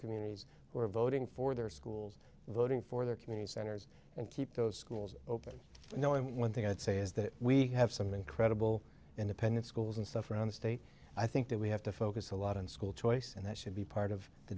communities who are voting for their schools voting for their community centers and keep those schools open you know one thing i would say is that we have some incredible independent schools and stuff around the state i think that we have to focus a lot on school choice and that should be part of the